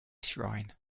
shrine